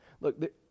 Look